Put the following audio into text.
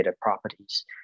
properties